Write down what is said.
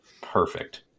Perfect